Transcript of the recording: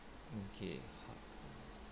okay